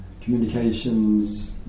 communications